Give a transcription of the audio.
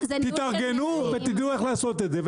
תתארגנו ותדעו איך לעשות את זה,